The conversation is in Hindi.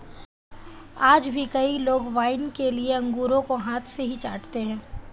आज भी कई लोग वाइन के लिए अंगूरों को हाथ से ही छाँटते हैं